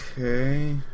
Okay